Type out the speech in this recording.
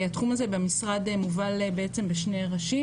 התחום הזה במשרד מובל בעצם בשני ראשים